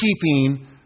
keeping